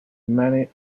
many